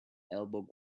elbow